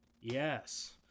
yes